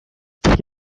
quel